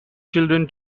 children